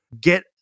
Get